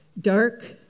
dark